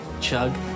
Chug